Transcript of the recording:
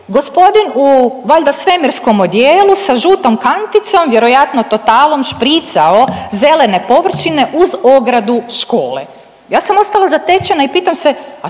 gospodin valjda u svemirskom odijelu sa žutom kanticom vjerojatno Totalom špricao zelene površine uz ogradu škole. Ja sam ostala zatečena i pitam se,